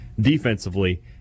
defensively